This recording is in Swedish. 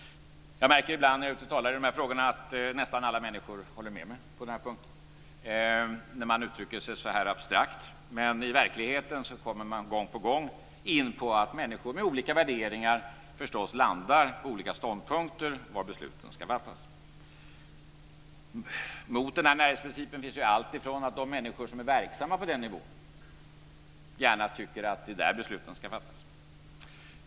Jag märker ibland när jag är ute och talar i de här frågorna att nästan alla människor håller med mig på den här punkten när jag uttrycker mig så här abstrakt. Men i verkligheten kommer man gång på gång in på att människor med olika värderingar landar på olika ståndpunkter i fråga om var besluten ska fattas. Mot den här näringsprincipen finns alltifrån att de människor som är verksamma på den nivån gärna tycker att det är där besluten ska fattas.